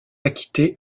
acquitté